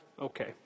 Okay